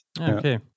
okay